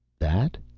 that?